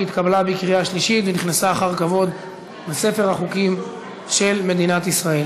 שלישית ונכנסה אחר כבוד לספר החוקים של מדינת ישראל.